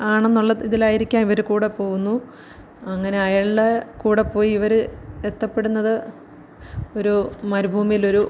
ആണെന്നുള്ള ഇതിലായിരിക്കാം ഇവര് കൂടെ പോവുന്നു അങ്ങനെ അയാളുടെ കൂടെ പോയി ഇവര് എത്തപ്പെടുന്നത് ഒരു മരുഭൂമിയിലൊരു